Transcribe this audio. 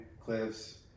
cliffs